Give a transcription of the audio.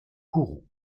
kourou